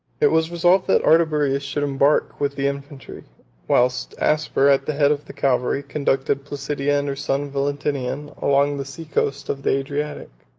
it was resolved, that ardaburius should embark with the infantry whilst aspar, at the head of the cavalry, conducted placidia and her son valentinian along the sea-coast of the adriatic.